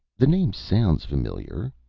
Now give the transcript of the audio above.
the name sounds familiar,